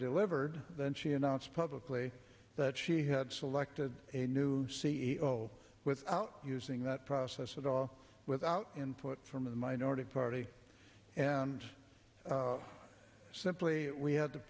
delivered then she announced publicly that she had selected a new c e o without using that process at all without input from a minority party and simply we had the